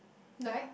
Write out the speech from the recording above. like